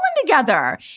together